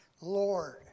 Lord